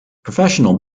professional